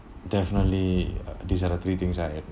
definitely uh these are the three things I admire